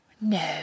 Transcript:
No